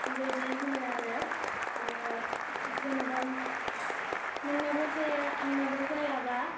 बेबायदि होनो आरो आरो जेनेबा नोंनाबो जाया आंनाबो जायाब्ला